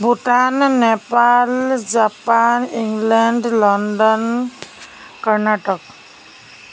Bhutan Nepal Japan England London Karnataka